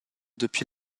depuis